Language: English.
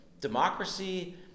democracy